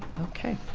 ok.